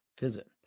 Visit